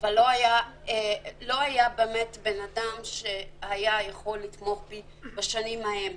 אבל לא היה באמת בן אדם שהיה יכול לתמוך בי בשנים ההן.